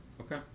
okay